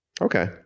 Okay